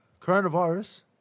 coronavirus